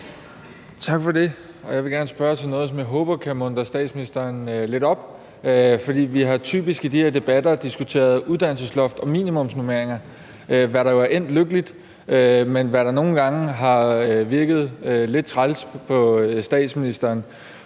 Tak for det, og jeg vil gerne spørge til noget, som jeg håber kan muntre statsministeren lidt op, for vi har typisk i de her debatter diskuteret uddannelsesloft og minimumsnormeringer, hvad der jo er endt lykkeligt, men hvad der nogle gange har virket lidt træls på statsministeren.